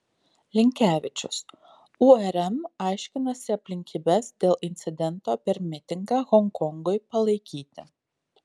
linkevičius urm aiškinasi aplinkybes dėl incidento per mitingą honkongui palaikyti